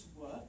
work